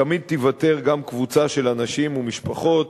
תמיד תיוותר קבוצה של אנשים ומשפחות